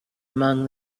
among